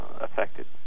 affected